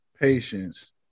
Patience